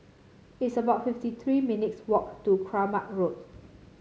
it's about fifty three minutes walk to Kramat Road